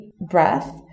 breath